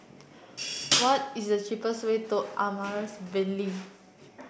what is the cheapest way to Amaryllis Ville